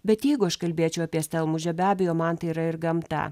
bet jeigu aš kalbėčiau apie stelmužę be abejo man tai yra ir gamta